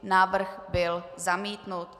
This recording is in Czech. Návrh byl zamítnut.